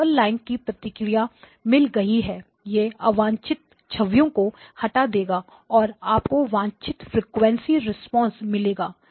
purple line की प्रतिक्रिया मिल गई है यह अवांछित छवियों को हटा देगा और आपको वांछित फ्रीक्वेंसी रिस्पांस मिलेगी